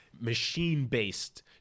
machine-based